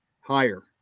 Higher